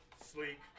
sleek